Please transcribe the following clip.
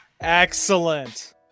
Excellent